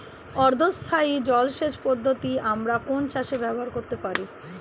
অর্ধ স্থায়ী জলসেচ পদ্ধতি আমরা কোন চাষে ব্যবহার করতে পারি?